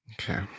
Okay